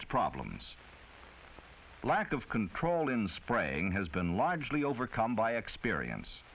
its problems the lack of control in spraying has been largely overcome by experience